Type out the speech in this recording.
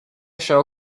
show